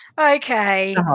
Okay